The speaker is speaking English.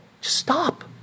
stop